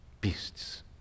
beasts